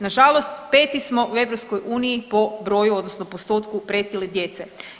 Nažalost peti smo u EU po broju odnosno postotku pretile djece.